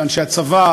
לאנשי הצבא,